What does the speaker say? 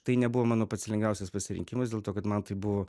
tai nebuvo mano pats lengviausias pasirinkimas dėl to kad man tai buvo